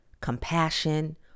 compassion